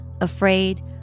afraid